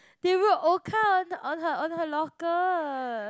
they wrote orca on her on her locker